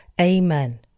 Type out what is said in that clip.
Amen